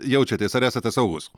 jaučiatės ar esate saugūs